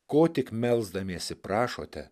ko tik melsdamiesi prašote